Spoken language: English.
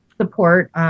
support